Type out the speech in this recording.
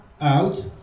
out